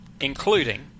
including